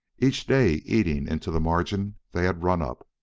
each day eating into the margin they had run up.